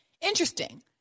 interesting